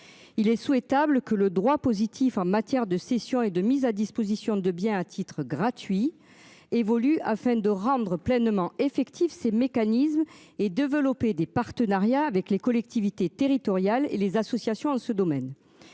Il est souhaitable que le droit positif en matière de cession et de mise à disposition de bien à titre gratuit évolue afin de rendre pleinement effectif ces mécanismes et développer des partenariats avec les collectivités territoriales et les associations en ce domaine.